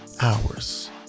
hours